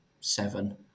seven